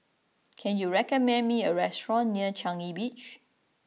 can you recommend me a restaurant near Changi Beach